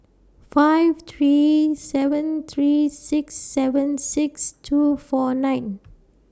five three seven three six seven six two four nine